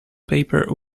paper